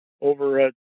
over